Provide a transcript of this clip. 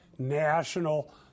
National